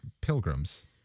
Pilgrims